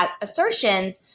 assertions